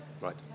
Right